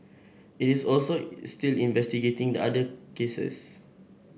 it is also still investigating the other cases